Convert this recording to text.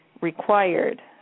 required